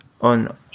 on